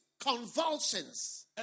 convulsions